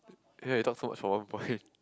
ya we talked so much for one point